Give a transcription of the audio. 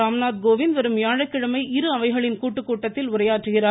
ராம்நாத் கோவிந்த் வரும் வியாழக்கிழமை இரு அவைகளின் கூட்டுக் கூட்டத்தில் உரையாற்றுகிறார்